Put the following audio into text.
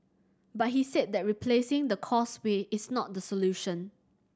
but he said that replacing the Causeway is not the solution